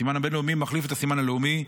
הסימן הבין-לאומי מחליף את הסימן הלאומי,